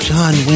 John